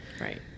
Right